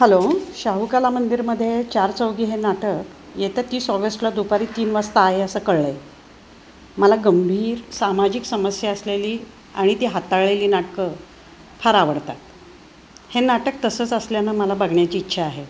hello Shahu Kala मंदिरमध्ये चार चौघी हे नाटक येत्या तीस ऑगस्टला दुपारी तीन वाजता आहे असं कळलं आहे मला गंभीर सामाजिक समस्या असलेली आणि ती हाताळलेली नाटकं फार आवडतात हे नाटक तसंच असल्यानं मला बघण्याची इच्छा आहे